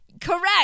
correct